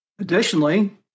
Additionally